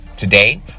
Today